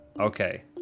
Okay